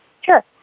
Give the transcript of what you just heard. Sure